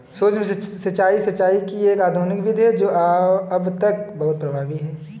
सूक्ष्म सिंचाई, सिंचाई की एक आधुनिक विधि है जो अब तक बहुत प्रभावी है